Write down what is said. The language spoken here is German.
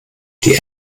die